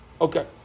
Okay